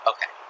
Okay